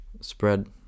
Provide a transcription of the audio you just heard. spread